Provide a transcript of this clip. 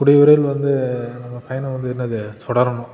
கூடிய விரைவில் வந்து நம்ம பயணம் வந்து இன்னும் அது தொடரணும்